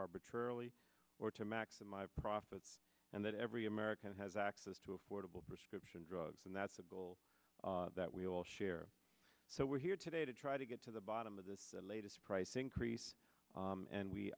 arbitrarily or to maximize profits and that every american has access to affordable prescription drugs and that's a goal that we all share so we're here today to try to get to the bottom of this latest price increase and we